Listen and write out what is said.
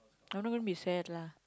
I know don't be sad lah